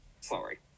Sorry